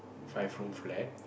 five room flat